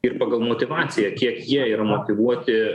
ir pagal motyvaciją kiek jie yra motyvuoti